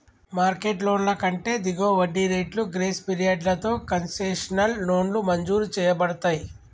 market లోన్ల కంటే దిగువ వడ్డీ రేట్లు, గ్రేస్ పీరియడ్లతో కన్సెషనల్ లోన్లు మంజూరు చేయబడతయ్